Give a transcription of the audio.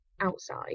outside